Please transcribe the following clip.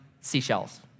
seashells